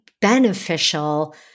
beneficial